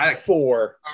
four